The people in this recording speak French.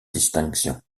distinction